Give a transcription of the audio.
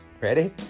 Ready